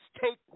take